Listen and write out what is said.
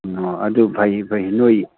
ꯑꯣ ꯑꯗꯨ ꯐꯩ ꯐꯩ ꯅꯣꯏ